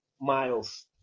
miles